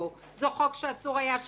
זה חוק שאסור היה שיעלה,